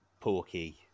porky